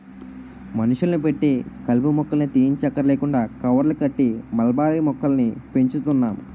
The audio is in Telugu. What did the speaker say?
మనుషుల్ని పెట్టి కలుపు మొక్కల్ని తీయంచక్కర్లేకుండా కవర్లు కట్టి మల్బరీ మొక్కల్ని పెంచుతున్నాం